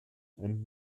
ein